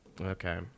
Okay